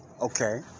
Okay